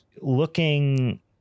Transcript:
looking